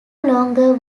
longer